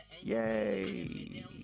Yay